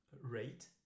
rate